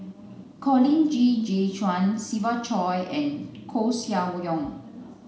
Colin Qi Zhe Quan Siva Choy and Koeh Sia Yong